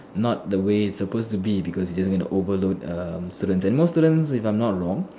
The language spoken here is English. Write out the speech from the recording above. not the way it's supposed to be because it will just want to overload err students and most students if I'm not wrong